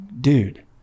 dude